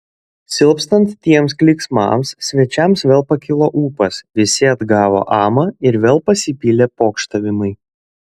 silpstant tiems klyksmams svečiams vėl pakilo ūpas visi atgavo amą ir vėl pasipylė pokštavimai